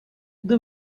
the